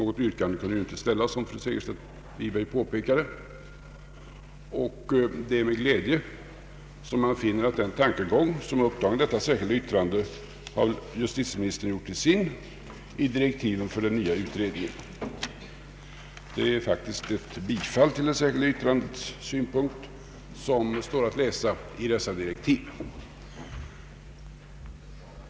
Något yrkande kunde ju inte ställas, som fru Segerstedt Wiberg påpekade. Det är med glädje man finner att tankegången i vårt särskilda yttrande har justitieministern gjort till sin i direktiven för den nya utredningen. Det är faktiskt ett bifall till detta särskilda yttrandes synpunkter som står att läsa i direktiven.